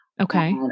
Okay